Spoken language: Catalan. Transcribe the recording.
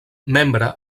membre